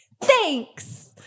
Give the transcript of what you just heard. thanks